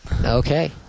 Okay